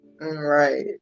Right